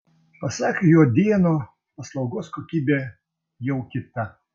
pasak juodėno paslaugos kokybė jau kita